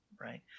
right